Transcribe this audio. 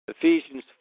Ephesians